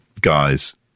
guys